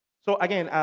so, again,